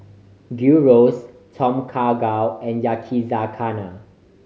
Gyros Tom Kha Gai and Yakizakana